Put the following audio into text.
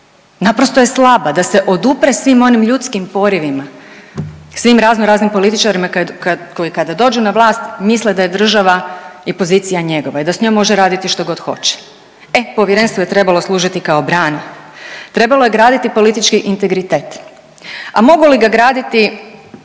Naprosto je slaba da se odupre svim onim ljudskim porivima, svim razno raznim političarima koji kada dođu na vlast misle da je država i pozicija njegova i da s njom može raditi što god hoće. E povjerenstvo je trebalo služiti kao brana. Trebalo je graditi politički integritet. A mogu li ga graditi